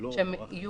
שהם יהיו